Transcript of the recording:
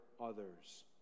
others